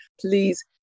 please